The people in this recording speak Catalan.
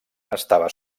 estava